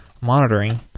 monitoring